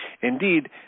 indeed